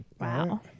Wow